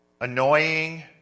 annoying